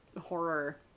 horror